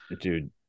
dude